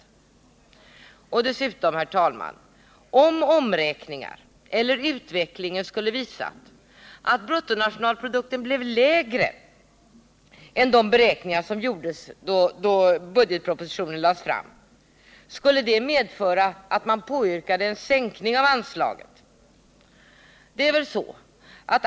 Skulle man yrka på en sänkning av anslaget om omräkningar eller utvecklingen skulle visa, att bruttonationalprodukten blev lägre än som var fallet när beräkningarna gjordes i samband med att budgetpropositionen lades fram?